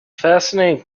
fascinating